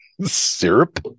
Syrup